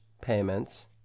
payments